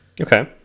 Okay